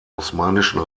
osmanischen